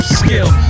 skill